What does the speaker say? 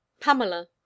Pamela